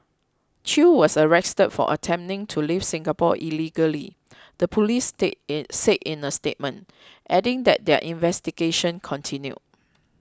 chew was arrested for attempting to leave Singapore illegally the police said in a statement adding that their investigation continued